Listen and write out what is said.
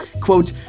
quote,